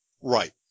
Right